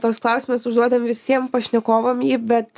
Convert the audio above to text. toks klausimas užduodam visiem pašnekovam jį bet